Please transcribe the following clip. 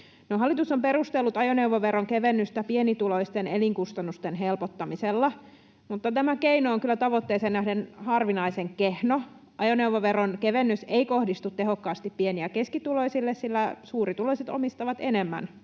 hallitus on perustellut ajoneuvoveron kevennystä pienituloisten elinkustannusten helpottamisella, mutta tämä keino on kyllä tavoitteeseen nähden harvinaisen kehno. Ajoneuvoveron kevennys ei kohdistu tehokkaasti pieni- ja keskituloisille, sillä suurituloiset omistavat enemmän